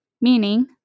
meaning